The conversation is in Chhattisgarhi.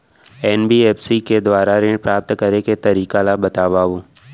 एन.बी.एफ.सी के दुवारा ऋण प्राप्त करे के तरीका ल बतावव?